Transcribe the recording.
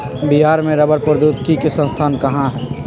बिहार में रबड़ प्रौद्योगिकी के संस्थान कहाँ हई?